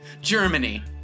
Germany